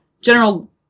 general